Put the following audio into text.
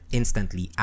instantly